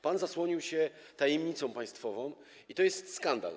Pan zasłonił się tajemnicą państwową i to jest skandal.